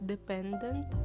Dependent